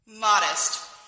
Modest